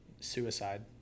suicide